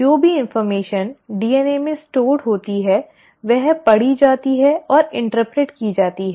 जो भी जानकारी DNA में संग्रहीत होती है वह पढ़ी जाती है और व्याख्या की जाती है